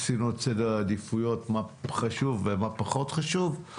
עשינו את סדר העדיפויות מה חשוב ומה פחות חשוב.